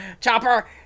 Chopper